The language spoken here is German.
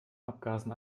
abgasen